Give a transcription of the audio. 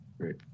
Great